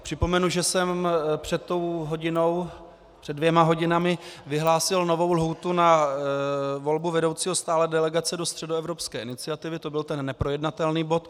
Připomenu, že jsem před dvěma hodinami vyhlásil novou lhůtu na volbu vedoucího stálé delegace do Středoevropské iniciativy, to byl ten neprojednatelný bod.